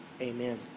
Amen